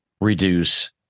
reduce